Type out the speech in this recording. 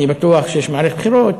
אני בטוח שיש מערכת בחירות,